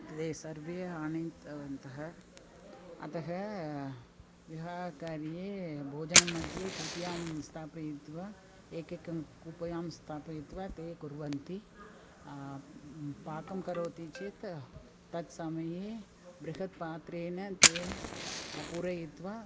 ते सर्वे आनीतवन्तः अतः विवाहकार्ये भोजनमध्ये कूप्यां स्थापयित्वा एकैकं कूप्यां स्थापयित्वा ते कुर्वन्ति पाकं करोति चेत् तत्समये बृहत्पात्रेण ते पूरयित्वा